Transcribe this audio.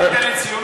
אל תיתן לי ציונים.